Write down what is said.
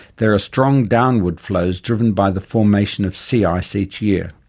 there are strong downward flows driven by the formation of sea ice each year.